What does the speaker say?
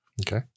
Okay